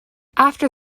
after